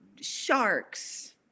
sharks